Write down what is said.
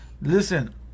Listen